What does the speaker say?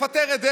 לפטר את דרעי.